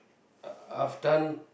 uh I've done